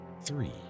three